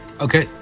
Okay